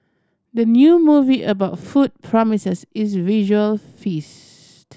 the new movie about food promises is a visual feast